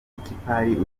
ikipari